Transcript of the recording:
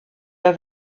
have